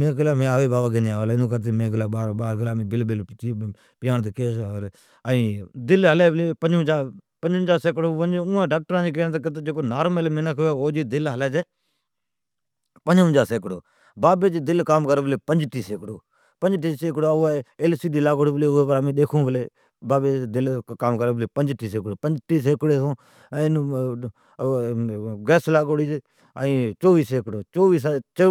مین کیلی ھوی بابا مین گینی اوی لا، ایوں کرتی میں گلا باھر بل بل پیانڑتی کرتی ،ابی جی دل ھلی پلی پنجونجاھ سیکڑو۔ ڈاکٹران جین کیڑ ہے نارمل انسانا جی دل ھلی پنجونجاھ سیکڑو ائین بابی جی دل ھلی پلی پینٹی سیکڑو۔ ایل سی دی لاگوڑی پلی ہے امین ڈیکھون پلی بابی جی دل کام پلی کری پینٹی سیکڑو، پچھی چوٹی سیکڑو۔ امین اوان کیلی ھمین